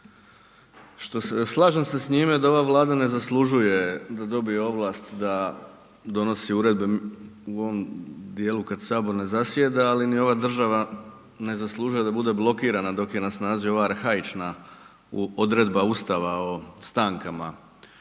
se, slažem se s njime da ova Vlada ne zaslužuje da dobije ovlast da donosi uredbe u ovom dijelu kad sabor ne zasjeda ali ni ova država ne zaslužuje da bude blokirana dok je na snazi ova arhaična odredba ustava o stankama,